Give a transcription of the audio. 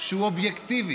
שהוא אובייקטיבי,